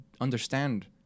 understand